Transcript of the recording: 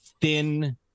thin